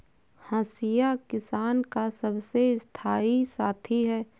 हंसिया किसान का सबसे स्थाई साथी है